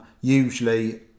Usually